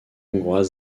hongroise